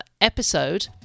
episode